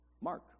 Mark